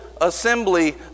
assembly